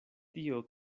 tio